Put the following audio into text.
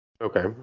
okay